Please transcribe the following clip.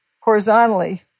horizontally